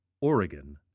Oregon